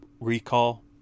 recall